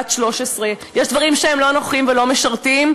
13. יש דברים שהם לא נוחים ולא משרתים,